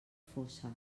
fossa